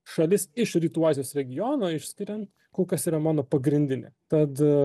šalis iš rytų azijos regiono išskiriant kol kas yra mano pagrindinė tad